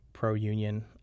pro-union